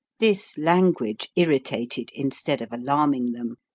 this language irritated instead of alarming them.